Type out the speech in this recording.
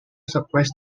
suppress